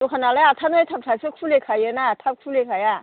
दखानालाय आतथा नयथानिफ्रायसो खुलिखायो ना थाब खुलि खाया